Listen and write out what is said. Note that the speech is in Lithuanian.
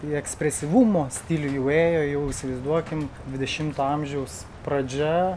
į ekspresyvumo stilių jau ėjo jau įsivaizduokim dvidešimto amžiaus pradžia